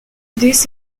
this